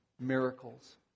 miracles